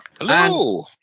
Hello